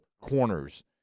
corners